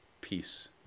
peace